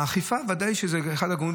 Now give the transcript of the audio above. האכיפה, ודאי שהיא אחד הגורמים.